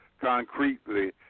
concretely